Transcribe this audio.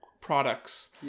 products